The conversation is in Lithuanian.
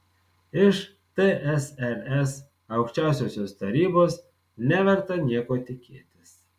iš tsrs aukščiausiosios tarybos neverta nieko tikėtis